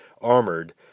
armored